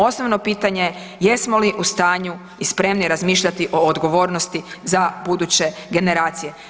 Osnovno pitanje jesmo li u stanju i spremni razmišljati o odgovornosti za buduće generacije?